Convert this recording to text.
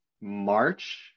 March